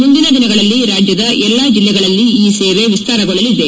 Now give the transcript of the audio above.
ಮುಂದಿನ ದಿನಗಳಲ್ಲಿ ರಾಜ್ಯದ ಎಲ್ಲಾ ಜಲ್ಲೆಗಳಲ್ಲಿ ಈ ಸೇವೆ ವಿಸ್ತಾರಗೊಳ್ಳಲಿದೆ